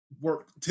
work